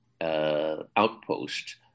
outpost